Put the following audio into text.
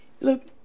Look